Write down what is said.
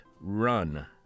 Run